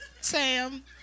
Sam